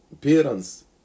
Parents